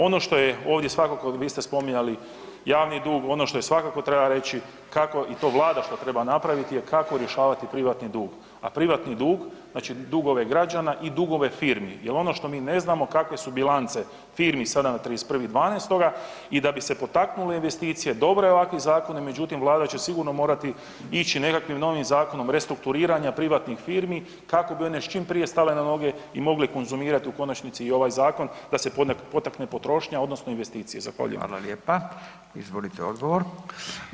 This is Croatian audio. Ono što je ovdje svakako, vi ste spominjali javni dug, ono što svakako treba reći kako i to vlada što treba napraviti je kako rješavati privatni dug, a privatni dug znači dugove građana i dugove firmi jel ono što mi ne znamo kakve su bilance firmi sada na 31.12. i da bi se potaknule investicije dobro je ovakvi zakoni, međutim vlada će sigurno morati ići nekakvim novim zakonom restrukturiranja privatnih firmi kako bi one čim prije stale na noge i mogle konzumirat u konačnici i ovaj zakon da se potakne potrošnja odnosno investicije.